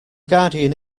guardian